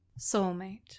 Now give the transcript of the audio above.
Soulmate